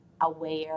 aware